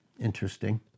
Interesting